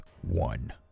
one